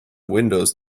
windows